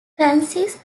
francis